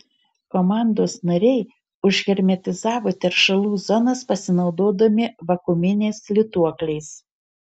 komandos nariai užhermetizavo teršalų zonas pasinaudodami vakuuminiais lituokliais